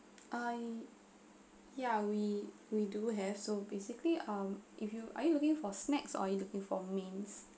I'm ya we we do have so basically um if you are you looking for snacks are you looking for mains